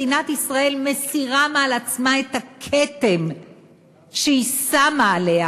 מדינת ישראל מסירה מעל עצמה את הכתם שהיא שמה עליה